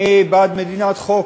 אני בעד מדינת חוק,